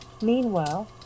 Meanwhile